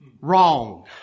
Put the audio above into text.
Wrong